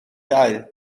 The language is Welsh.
dau